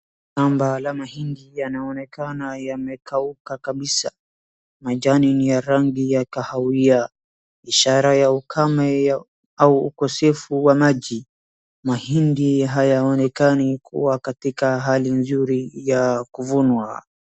Shamba la mahindi yanaonekana yamekauka kabisa. majani ni ya rangi ya kahawia ishara ya ukame au ukosefu wa maji. Mahindi hayaonekani kuwa katika hari nzuri ya kuvunwa.